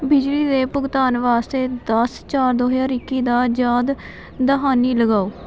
ਬਿਜਲੀ ਦੇ ਭੁਗਤਾਨ ਵਾਸਤੇ ਦਸ ਚਾਰ ਦੋ ਹਜ਼ਾਰ ਇੱਕੀ ਦਾ ਯਾਦ ਦਹਾਨੀ ਲਗਾਓ